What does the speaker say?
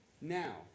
Now